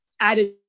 added